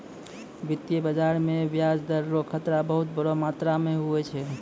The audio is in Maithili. वित्तीय बाजार मे ब्याज दर रो खतरा बहुत बड़ो मात्रा मे हुवै छै